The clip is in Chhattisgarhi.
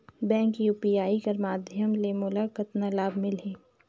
बैंक यू.पी.आई कर माध्यम ले मोला कतना लाभ मिली?